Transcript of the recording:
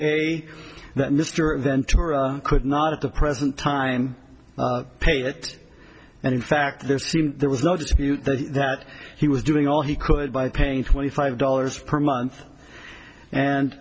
that mr ventura could not at the present time pay it and in fact there seemed there was nothing that he was doing all he could by paying twenty five dollars per month and